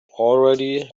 already